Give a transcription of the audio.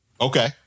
Okay